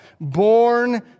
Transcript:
Born